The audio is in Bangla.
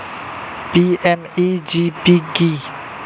পি.এম.ই.জি.পি কি?